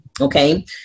okay